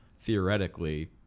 theoretically